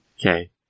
Okay